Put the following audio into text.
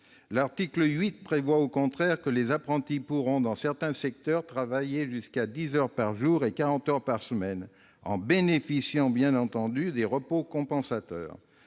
L'article 8 prévoit au contraire que les apprentis pourront, dans certains secteurs, travailler jusqu'à dix heures par jour et quarante heures par semaine, en bénéficiant de repos compensateurs.